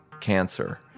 cancer